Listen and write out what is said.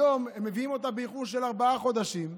היום הם מביאים אותה באיחור של ארבעה חודשים,